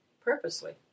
purposely